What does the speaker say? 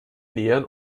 nähern